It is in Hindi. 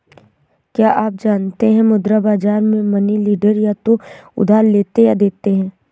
क्या आप जानते है मुद्रा बाज़ार में मनी डीलर या तो उधार लेते या देते है?